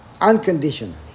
Unconditionally